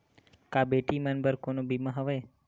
का बेटी मन बर कोनो बीमा हवय?